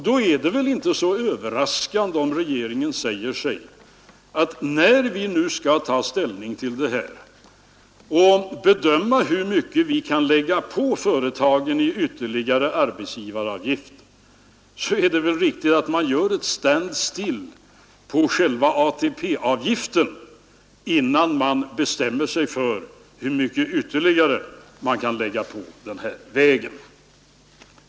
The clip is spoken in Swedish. Då är det väl inte så överraskande att regeringen säger sig, att när vi nu skall ta ställning till dessa förslag och bedöma hur mycket vi kan ta ut av företagen i form av ytterligare arbetsgivaravgifter, så är det riktigt att man gör ett stand still i fråga om ATP-avgifterna.